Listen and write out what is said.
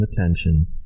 attention